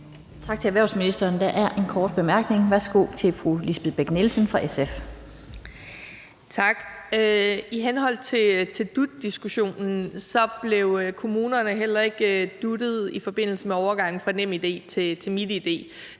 Tak til erhvervsministeren. Der er en kort bemærkning. Værsgo til fru Lisbeth Bech-Nielsen fra SF. Kl. 13:27 Lisbeth Bech-Nielsen (SF): Tak. I forhold til dut-diskussionen blev kommunerne heller ikke dut'et i forbindelse med overgangen fra NemID til MitID.